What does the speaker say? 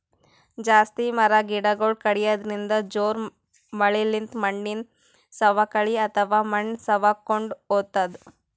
ಜಾಸ್ತಿ ಮರ ಗಿಡಗೊಳ್ ಕಡ್ಯದ್ರಿನ್ದ, ಜೋರ್ ಮಳಿಲಿಂತ್ ಮಣ್ಣಿನ್ ಸವಕಳಿ ಅಥವಾ ಮಣ್ಣ್ ಸವಕೊಂಡ್ ಹೊತದ್